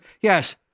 yes